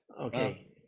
Okay